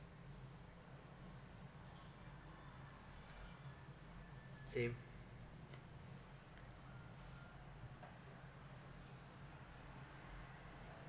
same